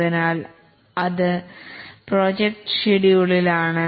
അതിനാൽ അത് പ്രോജക്ട് ഷെഡ്യൂളിൽ ആണ്